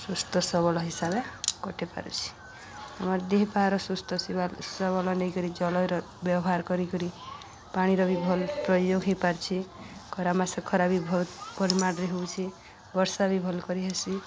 ସୁସ୍ଥ ସବଳ ହିସାବରେ କଟି ପାରୁଛି ଆମର ଦିହ ପାହାର ସୁସ୍ଥ ସବଳ ନେଇକରି ଜଳର ବ୍ୟବହାର କରିକରି ପାଣିର ବି ଭଲ ପ୍ରୟୋଗ ହେଇପାରୁଛି ଖରା ମାସ ଖରା ବି ବହୁତ ପରିମାଣରେ ହଉଛି ବର୍ଷା ବି ଭଲ୍ କରି ହେସି